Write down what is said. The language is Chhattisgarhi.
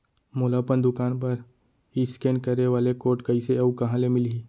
मोला अपन दुकान बर इसकेन करे वाले कोड कइसे अऊ कहाँ ले मिलही?